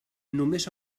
només